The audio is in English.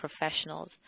professionals